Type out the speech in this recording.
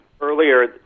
earlier